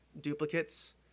duplicates